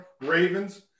Ravens